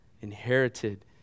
inherited